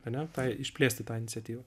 ane tai išplėsti tą iniciatyvą